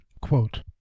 quote